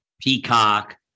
Peacock